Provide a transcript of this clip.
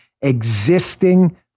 existing